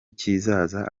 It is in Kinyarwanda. kizaza